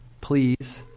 please